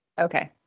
Okay